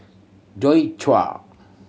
Joi Chua